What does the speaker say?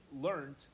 learned